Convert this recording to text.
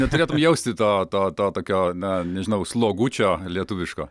neturėtumei jausti to atotrūkio na nežinau slogučio lietuviško